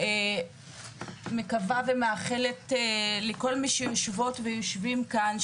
אני מקווה ומאחלת לכל מי שיושבות ויושבים כאן,